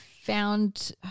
found